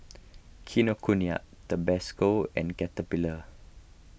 Kinokuniya Tabasco and Caterpillar